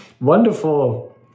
wonderful